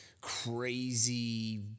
crazy